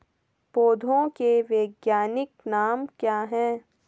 पौधों के वैज्ञानिक नाम क्या हैं?